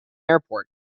airport